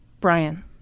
Brian